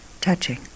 touching